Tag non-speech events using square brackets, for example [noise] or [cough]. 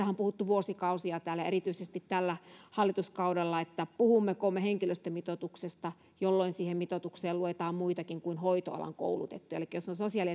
[unintelligible] on puhuttu vuosikausia ja erityisesti tällä hallituskaudella puhummeko me henkilöstömitoituksesta jolloin siihen mitoitukseen luetaan muitakin kuin hoitoalan koulutettuja elikkä jos on sosiaali [unintelligible]